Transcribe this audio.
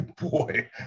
boy